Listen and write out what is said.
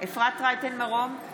אפרת רייטן מרום,